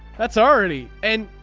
that's already and.